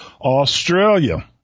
Australia